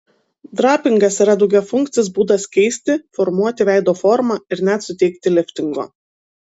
drapingas yra daugiafunkcis būdas keisti formuoti veido formą ir net suteikti liftingo